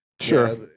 Sure